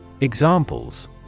Examples